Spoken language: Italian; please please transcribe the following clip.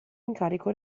incarico